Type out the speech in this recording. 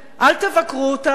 אל תבקרו אותנו.